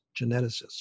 geneticists